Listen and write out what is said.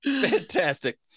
fantastic